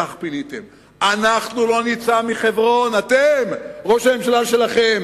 אנחנו לא נצא מחברון, אתם, ראש הממשלה שלכם,